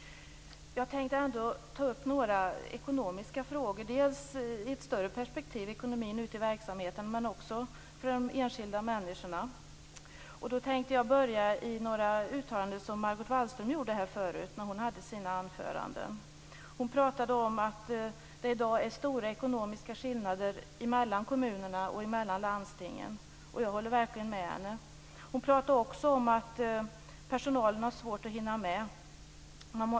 Jag tänkte ändå ta upp några ekonomiska frågor. Det gäller dels i ett större perspektiv, ekonomin ute i verksamheten, dels för de enskilda människorna. Jag skall börja med några uttalanden som Margot Wallström gjorde här förut när hon höll sina anföranden. Hon pratade om att det i dag är stora ekonomiska skillnader mellan kommunerna och mellan landstingen. Jag håller verkligen med henne. Hon pratade också om att personalen har svårt att hinna med.